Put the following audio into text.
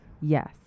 yes